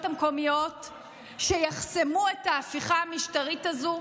המקומיות שיחסמו את ההפיכה המשטרית הזו,